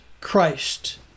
Christ